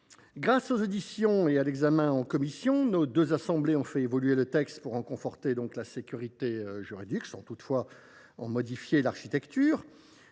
Grâce aux auditions et à l’examen en commission, nos deux assemblées ont fait évoluer le texte pour conforter la sécurité juridique des dispositions sans toutefois en modifier l’architecture.